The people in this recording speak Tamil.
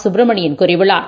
சுப்பிரமணியன் கூறியுள்ளார்